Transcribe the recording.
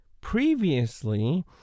previously